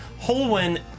Holwyn